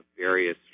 various